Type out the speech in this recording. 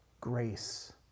grace